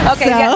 Okay